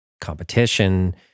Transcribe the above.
competition